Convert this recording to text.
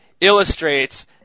illustrates